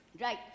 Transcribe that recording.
Right